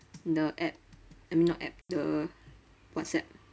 the app I mean not app the whatsapp